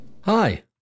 Hi